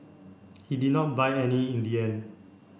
he did not buy any in the end